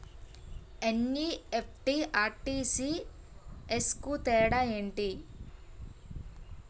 NEFT, RTGS కు తేడా ఏంటి?